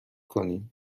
کنیم